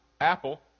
Apple